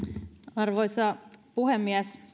arvoisa puhemies